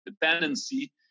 dependency